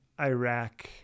iraq